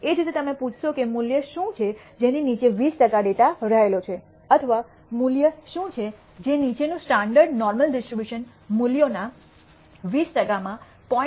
એ જ રીતે તમે પૂછશો કે મૂલ્ય શું છે જેની નીચે 20 ટકા ડેટા રહેલો છે અથવા મૂલ્ય શું છે જે નીચેનું સ્ટાન્ડર્ડ નોર્મલ ડિસ્ટ્રીબ્યુશન મૂલ્યોના 20 ટકામાં 0